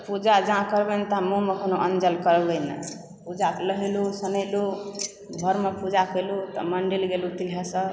पूजा जहाँ कहबनि तऽ मुँहमे कोनो अन्न जल करबै नहि पूजाकऽ नहेलहुँ सुनेलहुँ घरमे पूजा केलहुँ तब मन्दिर गेलहुँ तिल्हेश्वर